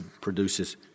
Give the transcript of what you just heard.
produces